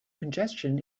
congestion